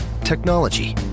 technology